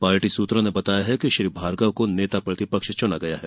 party सूत्रों ने बताया कि श्री भार्गेव को नेता प्रतिपक्ष चुना गया है